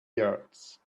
yards